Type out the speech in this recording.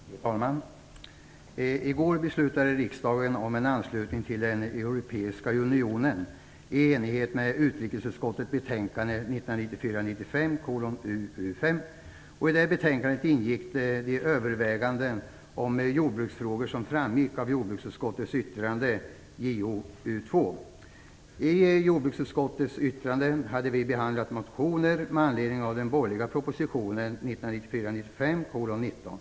Fru talman! I går beslutade riksdagen om en anslutning till den europeiska unionen i enlighet med utrikesutskottets betänkande 1994 95:19.